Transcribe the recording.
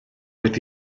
oedd